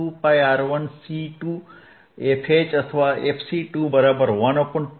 fH અથવા fC2 12πR2C3